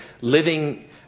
living